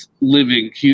living